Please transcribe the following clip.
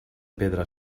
pedra